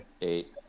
eight